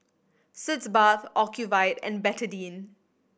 Sitz Bath Ocuvite and Betadine